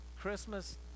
Christmas